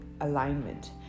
alignment